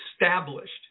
established